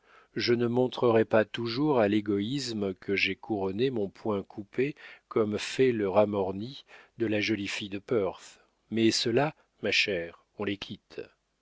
je ne montrerai pas toujours à l'égoïsme que j'ai couronné mon poing coupé comme fait le ramorny de la jolie fille de perth mais ceux-là ma chère on les